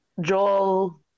Joel